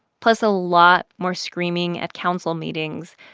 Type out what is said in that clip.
plus a lot more screaming at council meetings,